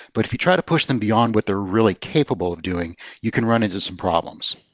but if you try to push them beyond what they're really capable of doing, you can run into some problems.